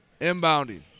inbounding